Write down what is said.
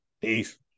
Peace